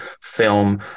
film